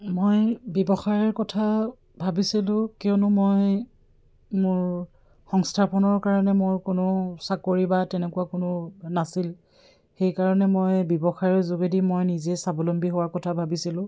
মই ব্যৱসায়ৰ কথা ভাবিছিলোঁ কিয়নো মই মোৰ সংস্থাপনৰ কাৰণে মোৰ কোনো চাকৰি বা তেনেকুৱা কোনো নাছিল সেইকাৰণে মই ব্যৱসায়ৰ যোগেদি মই নিজে স্বাৱলম্বী হোৱাৰ কথা ভাবিছিলোঁ